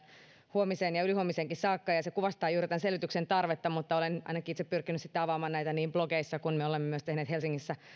huomiseen ja ylihuomiseenkin saakka ja se kuvastaa juuri tämän selvityksen tarvetta olen ainakin itse pyrkinyt sitten avaamaan näitä blogeissa ja me olemme myös tehneet helsingissä